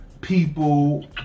people